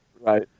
right